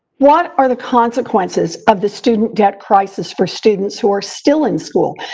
what are the consequences of the student debt crisis for students who are still in school?